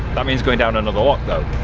that means going down another lock though.